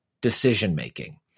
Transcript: decision-making